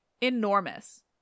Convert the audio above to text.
enormous